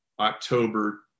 October